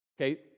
Okay